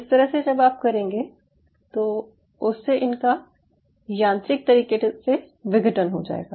इस तरह से जब आप करेंगे तो उससे इनका यांत्रिकी तरीके से विघटन हो जाएगा